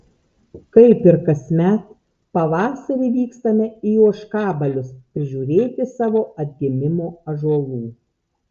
kaip ir kasmet pavasarį vykstame į ožkabalius prižiūrėti savo atgimimo ąžuolų